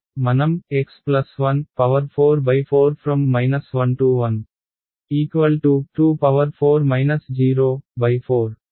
కాబట్టి మనం x144| 114 4 ను పోందుతాము